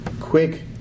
quick